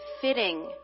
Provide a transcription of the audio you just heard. fitting